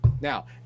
Now